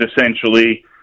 essentially